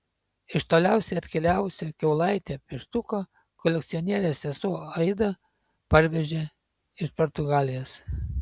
iš toliausiai atkeliavusią kiaulaitę pieštuką kolekcionierės sesuo aida parvežė iš portugalijos